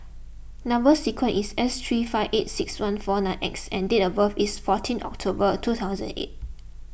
Number Sequence is S three five eight six one four nine X and date of birth is fourteen October two thousand eight